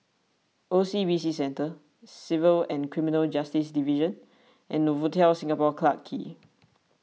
O C B C Centre Civil and Criminal Justice Division and Novotel Singapore Clarke Quay